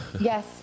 Yes